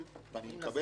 ואני מקבל את זה,